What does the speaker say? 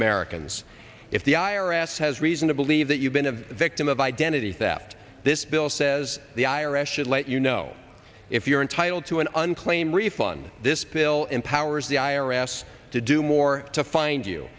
americans if the i r s has reason to believe that you've been a victim of identity theft this bill says the i r s should let you know if you're entitled to an unclaimed refund this bill empowers the i r s to do more to find you